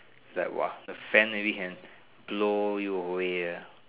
like !wah! maybe the fan maybe can blow you away uh